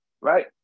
right